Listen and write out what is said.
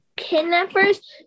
Kidnappers